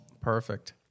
Perfect